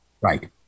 Right